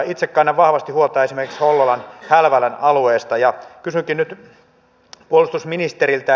itse kannan vahvasti huolta esimerkiksi hollolan hälvälän alueesta ja kysynkin nyt puolustusministeriltä